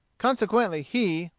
consequently he,